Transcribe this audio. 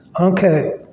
Okay